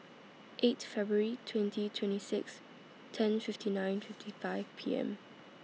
eight February twenty twenty six ten fifty nine fifty five P M